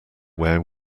where